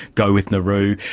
go with nauru.